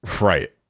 Right